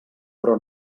però